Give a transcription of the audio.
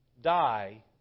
die